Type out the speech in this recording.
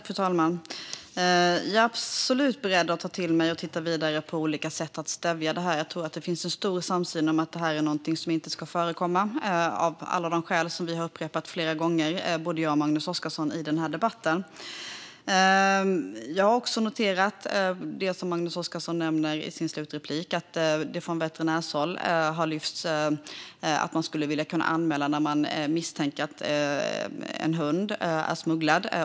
Fru talman! Jag är absolut beredd att ta till mig och titta vidare på olika sätt att stävja detta. Jag tror att det finns en stor samsyn om att detta är något som inte ska förekomma, av alla de skäl som både jag och Magnus Oscarsson har upprepat flera gånger i denna debatt. Jag har också noterat det som Magnus Oscarsson nämnde i sitt slutanförande: att det från veterinärhåll har lyfts att de skulle vilja kunna anmäla när de misstänker att en hund är insmugglad.